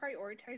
prioritize